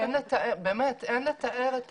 באמת, אין לתאר את